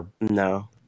No